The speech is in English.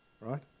right